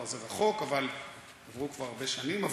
כבר זה רחוק, אבל עברו כבר הרבה שנים.